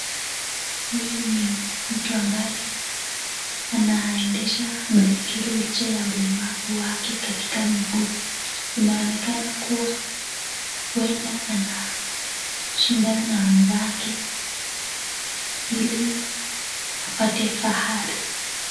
Huyu ni mtu ambayo anaendesha baiskeli licha ya ulemavu wake katika miguu. Inaonekana kuwa huenda anashindana na wenzake Ili apate fahari.